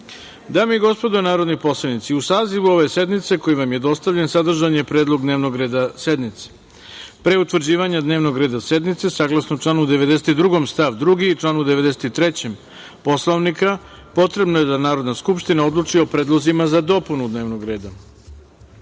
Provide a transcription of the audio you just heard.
i gospodo narodni poslanici, uz saziv ove sednice koji vam je dostavljen sadržan je predlog dnevnog reda sednice. Pre utvrđivanja dnevnog reda sednice, saglasno članu 92. stav 2. i članu 93. Poslovnika potrebno je da Narodna skupština odluči o predlozima za dopunu dnevnog